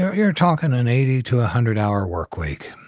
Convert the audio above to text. you're you're talking an eighty to a hundred hour work week.